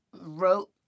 wrote